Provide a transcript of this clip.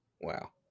Wow